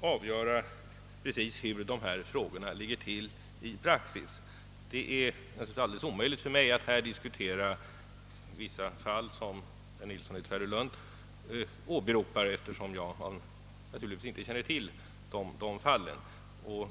avgöra hur dessa saker ligger till i praxis. Det är alldeles omöjligt för mig att här diskutera vissa fall, som herr Nilsson åberopar, eftersom jag inte känner till just dem.